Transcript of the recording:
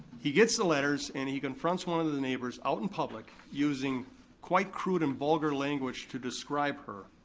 he gets the letters and he confronts one of the the neighbors out in public using quite crude and vulgar language to describe her,